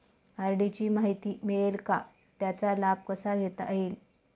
RD ची माहिती मिळेल का, त्याचा लाभ कसा घेता येईल?